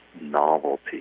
novelty